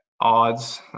odds